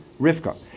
Rivka